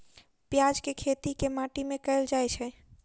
प्याज केँ खेती केँ माटि मे कैल जाएँ छैय?